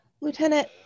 Lieutenant